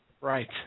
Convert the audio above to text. Right